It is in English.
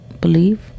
believe